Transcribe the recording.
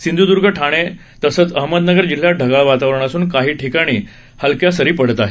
सिंधूदर्ग ठाणे तसंच अहमदनगर जिल्ह्यात ढगाळ वातावरण असून काही ठिकाणी हलक्या सरी पडत आहेत